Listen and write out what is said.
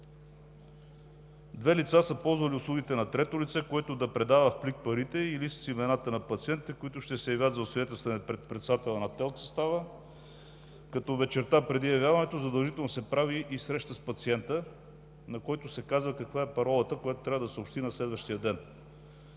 Две лица са ползвали услугите на трето лице, което да предава в плик парите или с имената на пациентите, които ще се явяват за освидетелстване пред председателя на ТЕЛК състава, като вечерта преди явяването задължително се прави и среща с пациента, на който се казва каква е паролата, която трябва да съобщи на следващия ден